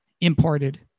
imported